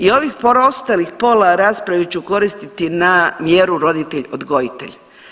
I ovih preostalih pola rasprave ću koristiti na mjeru roditelj, odgojitelj.